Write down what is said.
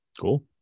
Cool